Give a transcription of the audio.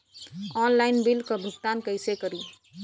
Online bill क भुगतान कईसे करी?